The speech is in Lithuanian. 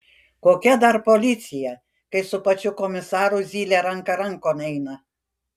kokia dar policija kai su pačiu komisaru zylė ranka rankon eina